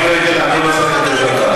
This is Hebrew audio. על מה אתה מדבר בכלל?